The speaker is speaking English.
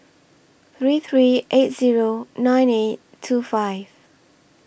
three three eight Zero nine eight two five